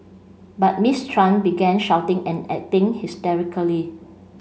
but Miss Tran began shouting and acting hysterically